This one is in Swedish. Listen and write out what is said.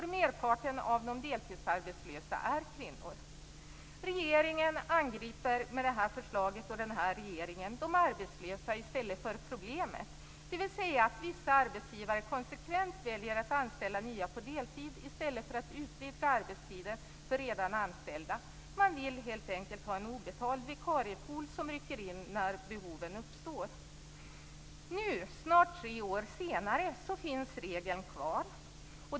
Merparten av de deltidsarbetslösa är nämligen kvinnor. Regeringen angriper med det här förslaget de arbetslösa i stället för problemet, dvs. att vissa arbetsgivare konsekvent väljer att anställa ny personal på deltid i stället för att utvidga arbetstiden för redan anställda. De vill helt enkelt ha en obetald vikariepool som rycker in när behoven uppstår. Nu, snart tre år senare, finns regeln kvar.